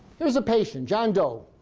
here's a patient, john doe.